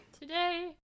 Today